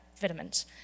vitamins